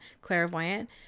clairvoyant